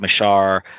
Mashar